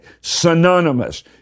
synonymous